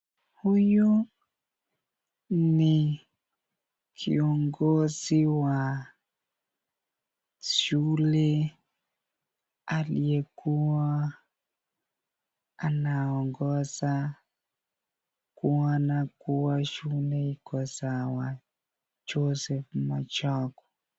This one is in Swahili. Huyu ni kiongozi wa shule aliyekuwa anaongoza kuona kuwa shule iko sawa Joseph Machogu.